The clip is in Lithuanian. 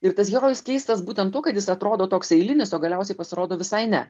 ir tas herojus keistas būtent tuo kad jis atrodo toks eilinis o galiausiai pasirodo visai ne